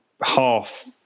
half